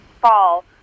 fall